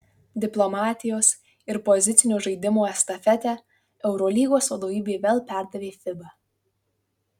diplomatijos ir pozicinio žaidimo estafetę eurolygos vadovybė vėl perdavė fiba